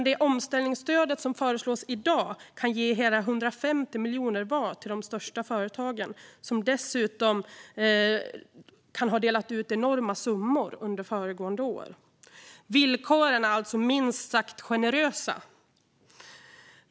Det omställningsstöd som föreslås i dag kan ge hela 150 miljoner var till de största företagen, som dessutom kan ha delat ut enorma summor under föregående år. Villkoren är alltså minst sagt generösa.